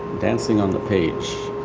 dancing on the page.